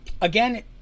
Again